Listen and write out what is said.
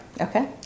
Okay